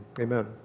amen